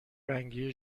رنگی